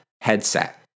headset